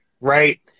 right